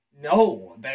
no